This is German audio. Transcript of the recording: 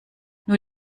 nur